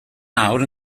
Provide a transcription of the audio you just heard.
nawr